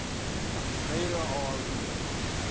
and he's a traitor or a lunatic.